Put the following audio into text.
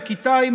בכיתה ג' או ד',